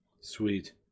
Sweet